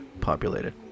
populated